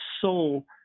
soul